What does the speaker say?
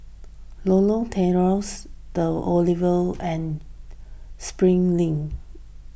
Lorong Tawas the Oval and Springleaf Link